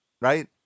Right